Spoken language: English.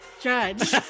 Judge